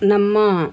ನಮ್ಮ